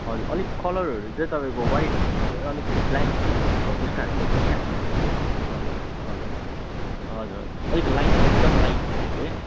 हजुर अलिक कलरहरू चाहिँ तपाईँको वाइटहरू नभएर अलिक ब्ल्याक हौ त्यस्तो खाल्के होस् न क्या हजुर हजुर हजुर हजुर अलिक लाइट एकदम लाइट खाल्के